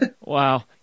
wow